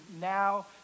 now